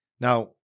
Now